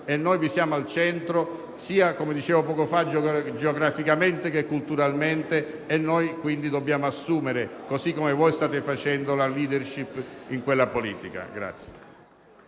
e noi vi siamo al centro, sia - come dicevo poco fa - geograficamente che culturalmente. Noi quindi dobbiamo assumere, così come voi state facendo, la *leadership* in quella politica.